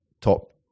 top